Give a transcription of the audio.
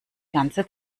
ganze